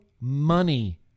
money